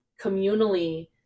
communally